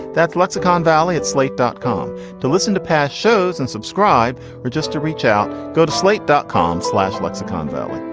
that's lexicon valley at slate dot com to listen to past shows and subscribe here just to reach out, go to slate dot com, slash lexicon valley.